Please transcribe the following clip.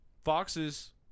Foxes